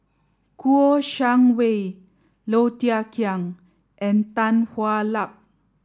Kouo Shang Wei Low Thia Khiang and Tan Hwa Luck